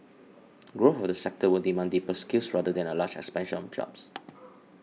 growth of the sector will demand deeper skills rather than a large expansion of jobs